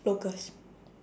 locals